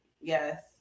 Yes